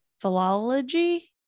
philology